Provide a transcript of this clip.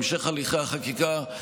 המשך הליכי החקיקה,